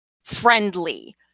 friendly